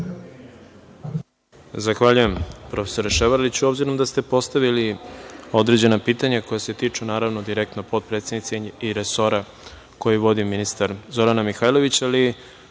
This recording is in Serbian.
Zahvaljujem, profesore Ševarliću.S obzirom da ste postavili određena pitanja, koja se tiču, naravno, direktno potpredsednice i resora koji vodi ministar Zorana Mihajlović, ali